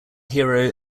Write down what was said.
hero